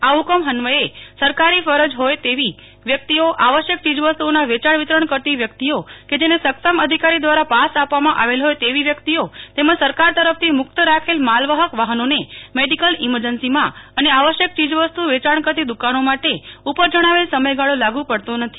આ હકમ અન્વયે સરકારી ફરજ હોય તેવી વ્યકિતઓ આવશ્યક ચીજવસ્તુઓના વેયાણ કરતી વ્યકિતઓ કે જેને સક્ષમ અધિકારી દ્વારા પાસ આપવામાં આવેલ હોય તેવી વ્યકિતઓ તેમજ સરકાર તરફથી મુકત રાખેલ માલવાહક વાહનોને મેડીકલ ઈમરજન્સીમાં અને આવશ્યક ચીજવસ્તુ વેયાણ કરતી દુકાનો માટે ઉપર જણાવેલ સમયગાળો લાગુ પડતો નથી